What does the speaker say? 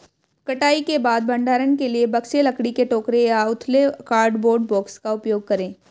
कटाई के बाद भंडारण के लिए बक्से, लकड़ी के टोकरे या उथले कार्डबोर्ड बॉक्स का उपयोग करे